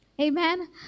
Amen